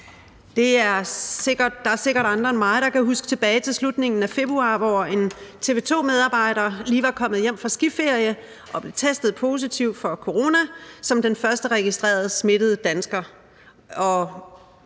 Der er sikkert andre end mig, der kan huske tilbage til slutningen af februar, hvor en TV 2-medarbejder lige var kommet hjem fra skiferie og blev testet positiv for corona som den første registrerede smittede dansker,